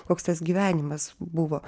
koks tas gyvenimas buvo